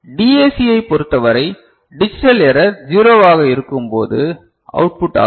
DAC ஐப் பொறுத்தவரை digital code zero வாக இருக்கும்போது அவுட்புட் ஆகும்